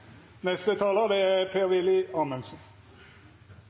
Neste taler er